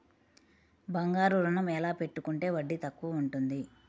బంగారు ఋణం ఎలా పెట్టుకుంటే వడ్డీ తక్కువ ఉంటుంది?